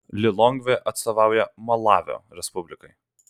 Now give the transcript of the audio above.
lilongvė atstovauja malavio respublikai